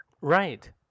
Right